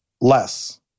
less